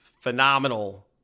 phenomenal